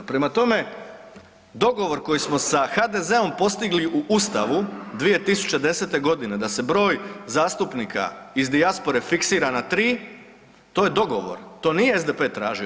Prema tome, dogovor koji smo sa HDZ-om postili u Ustavu 2010. godine da se broj zastupnika iz dijaspore fiksira na tri to je dogovor, to nije SDP tražio.